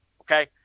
Okay